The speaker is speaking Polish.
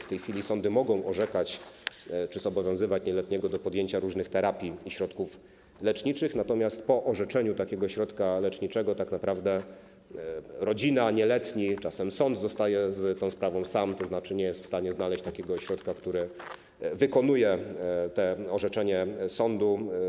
W tej chwili sądy mogą orzekać czy zobowiązywać nieletniego do podjęcia różnych terapii i środków leczniczych, natomiast po orzeczeniu takiego środka leczniczego tak naprawdę rodzina nieletniej, czasem sąd zostają z tą sprawą sami, tzn. sąd nie jest w stanie znaleźć takiego ośrodka, który wykonuje to orzeczenie sądu.